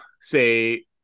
say